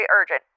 urgent